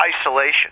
isolation